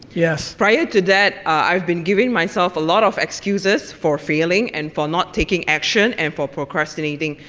yeah so prior to that, i've been giving myself a lot of excuses for failing and for not taking action and for procrastinating,